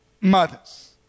mothers